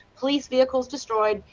police vehicles destroy,